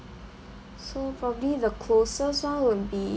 so probably the closest [one] will be